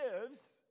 gives